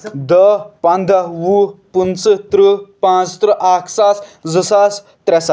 دٔہ پَندہ وُہ پٕنٛژٕ تٕرٛہ پانٛژترٕٛہ اکھ ساس زٕ ساس ترٛےٚ ساس